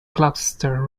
gloucester